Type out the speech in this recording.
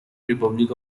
republic